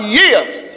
years